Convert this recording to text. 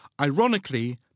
Ironically